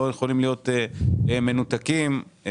זה לא נעים כל הזמן הדיון הזה על כן מעלים לח"כים או לא מעלים.